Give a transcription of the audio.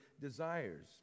desires